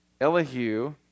Elihu